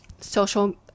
social